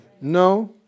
No